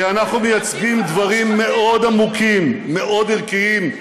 כי אנחנו מייצגים דברים מאוד עמוקים, מאוד ערכיים,